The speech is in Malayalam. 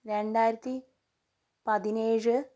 രണ്ടായിരത്തി പതിനേഴ്